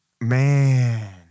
Man